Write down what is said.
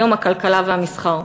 היום הכלכלה והמסחר.